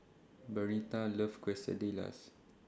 Bernita loves Quesadillas